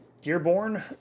Dearborn